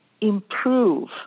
improve